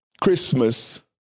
Christmas